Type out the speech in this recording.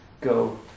go